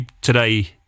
today